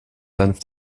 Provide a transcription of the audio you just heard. senf